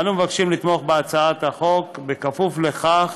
אנו מבקשים לתמוך בהצעת החוק, בכפוף לכך